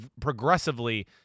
progressively